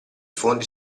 fondi